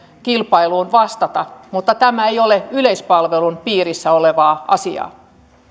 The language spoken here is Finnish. kilpailuun vastata mutta tämä ei ole yleispalvelun piirissä olevaa asiaa